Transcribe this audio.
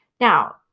Now